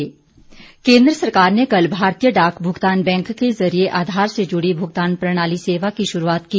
भारतीय डाक केंद्र सरकार ने कल भारतीय डाक भुगतान बैंक के जरिये आधार से जुड़ी भुगतान प्रणाली सेवा की शुरूआत की